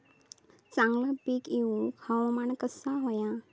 चांगला पीक येऊक हवामान कसा होया?